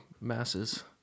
masses